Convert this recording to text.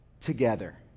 together